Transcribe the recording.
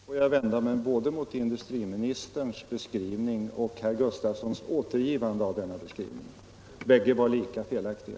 Herr talman! Då får jag vända mig både mot industriministerns beskrivning och mot herr Sven Gustafsons återgivande av denna beskrivning. Bägge var lika felaktiga.